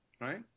right